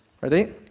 Ready